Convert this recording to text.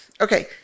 okay